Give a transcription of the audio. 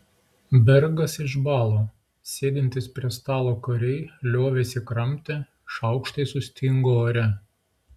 bergas išbalo sėdintys prie stalo kariai liovėsi kramtę šaukštai sustingo ore